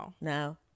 no